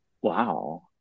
wow